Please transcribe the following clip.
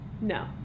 No